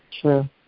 True